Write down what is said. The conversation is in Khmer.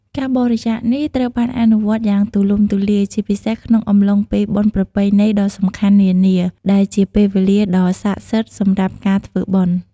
ការបរិច្ចាគនេះត្រូវបានអនុវត្តយ៉ាងទូលំទូលាយ ជាពិសេសក្នុងអំឡុងពេលបុណ្យប្រពៃណីដ៏សំខាន់នានា ដែលជាពេលវេលាដ៏ស័ក្តិសិទ្ធិសម្រាប់ការធ្វើបុណ្យ។